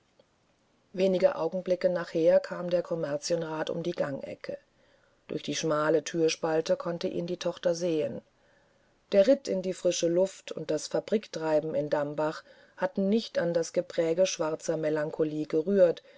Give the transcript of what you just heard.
wenige augenblicke nachher kam der kommerzienrat um die gangecke durch die schmale thürspalte konnte ihn die tochter sehen der ritt in die frische luft und das fabriktreiben in dambach hatten nicht an das gepräge schwarzer melancholie gerührt